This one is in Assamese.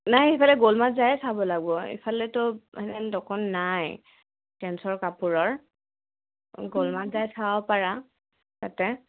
নাই সেইফালে গ'লমাত যায়ে চাব লাগিব এইফালেতো তেনেকুৱা দোকোন নাই জেনছৰ কাপোৰৰ গ'লমাত যাই চাব পাৰা তাতে